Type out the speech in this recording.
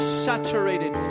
saturated